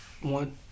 one